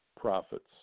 profits